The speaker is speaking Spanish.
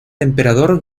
emperador